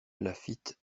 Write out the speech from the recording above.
laffitte